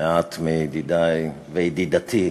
מעט מידידי וידידתי,